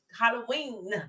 Halloween